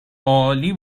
عالی